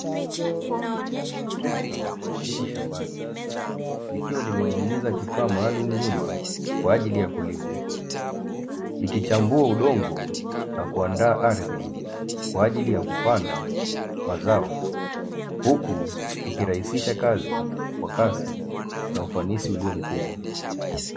Trekta lipo shambani, likiwa limening'iniza kifaa maalumu nyuma kwa ajili yakulima. Ikichambua udongo na kuandaa ardhi, kwa ajili yakupanda mazao, huku likirahisisha kazi kwa kasi na ufanisi ulio mkubwa.